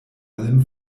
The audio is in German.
allem